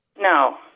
No